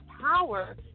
power